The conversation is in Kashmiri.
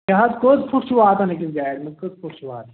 کیاہ حظ کٔژ کُٹھ چھِ واتان أکِس گاڑِ منٛز